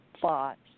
thoughts